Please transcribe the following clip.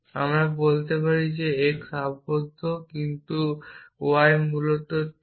আমি বলতে পারি যে x আবদ্ধ কিন্তু y মূলত 3